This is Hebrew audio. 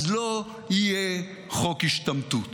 אז לא יהיה חוק השתמטות.